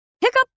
Hiccup